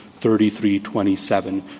3327